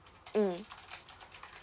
mm